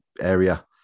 area